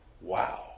Wow